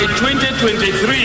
2023